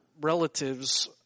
relatives